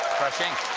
fresh ink.